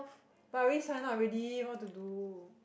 but I already sign up already what to do